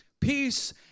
peace